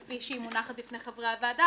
כפי שהיא מונחת בפני חברי הוועדה,